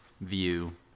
view